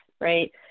right